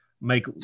make